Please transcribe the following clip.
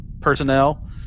personnel